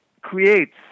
creates